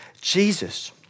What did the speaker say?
Jesus